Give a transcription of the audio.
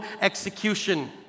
execution